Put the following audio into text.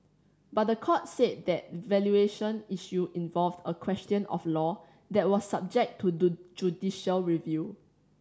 but the court said the valuation issue involved a question of law that was subject to judicial review